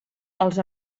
els